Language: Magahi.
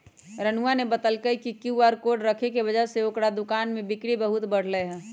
रानूआ ने बतल कई कि क्यू आर कोड रखे के वजह से ओकरा दुकान में बिक्री बहुत बढ़ लय है